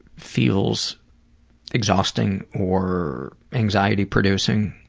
feels exhausting or anxiety producing?